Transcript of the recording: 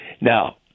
Now